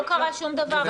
לא קרה שום דבר.